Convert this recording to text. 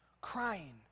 crying